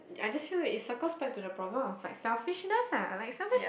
I just feel like it circles back to the problem of selfishness ah like sometimes